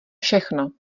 všechno